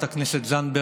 חברת הכנסת זנדברג,